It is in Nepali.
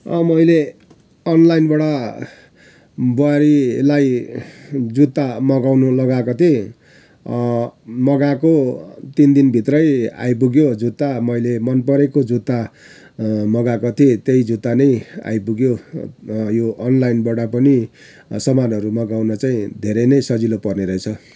मैले अनलाइनबाट बुहारीलाई जुत्ता मगाउनु लगाएको थिएँ मगाएको तिन दिनभित्रै आइपुग्यो जुत्ता मैले मन परेको जुत्ता मगाएको थिएँ त्यही जुत्ता नै आइपुग्यो यो अनलाइनबाट पनि सामानहरू मगाउन चाहिँ धेरै नै सजिलो पर्ने रहेछ